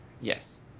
Yes